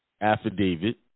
affidavit